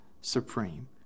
supreme